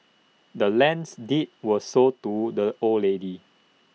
the land's deed was sold to the old lady